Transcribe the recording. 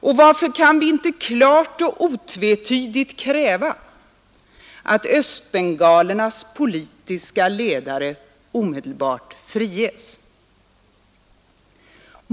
Och varför kan vi inte klart och otvetydigt kräva att östbengalernas politiska ledare omedelbart friges?